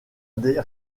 des